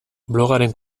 blogaren